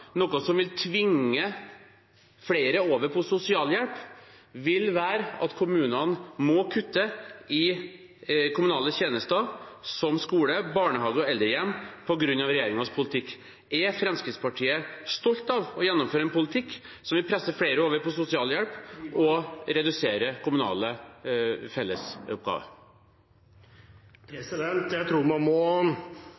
noe som vil tvinge flere over på sosialhjelp, vil være at kommunene må kutte i kommunale tjenester som skole, barnehage og eldrehjem på grunn av regjeringens politikk. Er Fremskrittspartiet stolt av å gjennomføre en politikk som vil presse flere over på sosialhjelp og redusere kommunale